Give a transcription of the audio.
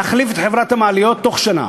להחליף את חברת המעליות תוך שנה.